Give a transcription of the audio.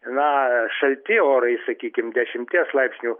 na šalti orai sakykim dešimties laipsnių